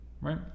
right